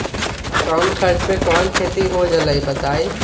कम खर्च म कौन खेती हो जलई बताई?